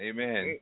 Amen